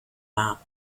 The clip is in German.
war